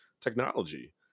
technology